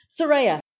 Soraya